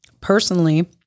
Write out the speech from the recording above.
Personally